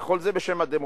וכל זה בשם הדמוקרטיה.